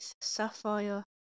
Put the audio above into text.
Sapphire